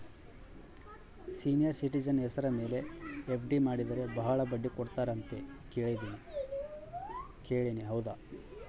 Senior citizen ಹೆಸರ ಮೇಲೆ FD ಮಾಡಿದರೆ ಬಹಳ ಬಡ್ಡಿ ಕೊಡ್ತಾರೆ ಅಂತಾ ಕೇಳಿನಿ ಹೌದಾ?